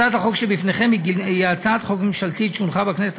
הצעת החוק שבפניכם היא הצעת חוק ממשלתית שהונחה בכנסת